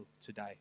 today